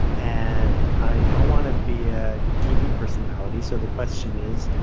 and i don't want to be a tv personality so the question is,